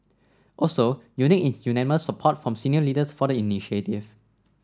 also unique is unanimous support from senior leaders for the initiative